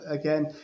again